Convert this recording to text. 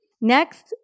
Next